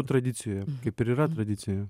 tradicijoje kaip ir yra tradicija